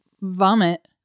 Vomit